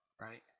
right